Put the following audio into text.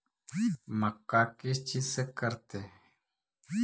मक्का किस चीज से करते हैं?